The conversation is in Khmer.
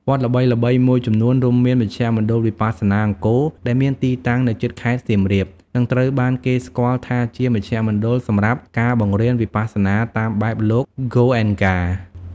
វត្តល្បីៗមួយចំនួនរួមមាន មជ្ឈមណ្ឌលវិបស្សនាអង្គរ ដែលមានទីតាំងនៅជិតខេត្តសៀមរាប និងត្រូវបានគេស្គាល់ថាជាមជ្ឈមណ្ឌលសម្រាប់ការបង្រៀនវិបស្សនាតាមបែបលោក ហ្គោអ៊េនកា ។